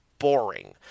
Boring